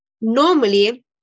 normally